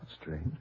strange